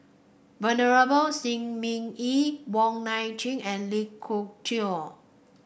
Venerable Shi Ming Yi Wong Nai Chin and Lee Choo